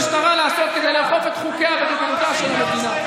מה בכוונת המשטרה לעשות כדי לאכוף את חוקיה וריבונותה של המדינה.